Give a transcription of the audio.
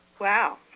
Wow